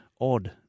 odd